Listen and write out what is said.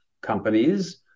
companies